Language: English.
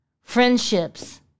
friendships